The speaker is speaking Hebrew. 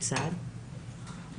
בואו נקרא לילד בשמו,